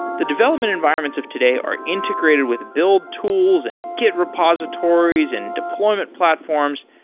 the development environments of today are integrated with build tools and git repositories and deployment platforms.